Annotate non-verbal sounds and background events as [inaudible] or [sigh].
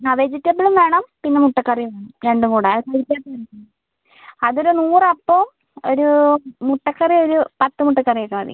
ആ വെജിറ്റെബിളും വേണം പിന്നെ മുട്ട കറിയും രണ്ടും കൂടെ [unintelligible] അതൊരു നൂറ് അപ്പവും ഒരൂ മുട്ട കറി ഒരു പത്ത് മുട്ട കറിയൊക്കെ മതി